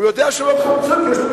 הוא יודע שלא לקחו פיצויים.